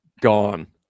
gone